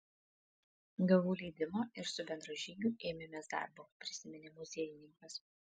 gavau leidimą ir su bendražygiu ėmėmės darbo prisiminė muziejininkas